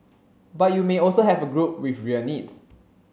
but you may also have a group with real needs